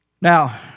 Now